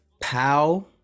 Pow